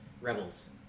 rebels